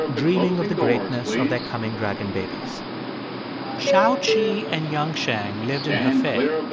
dreaming of the greatness of their coming dragon babies xiao-qi and yangcheng lived in hefei,